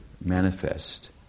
manifest